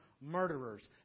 murderers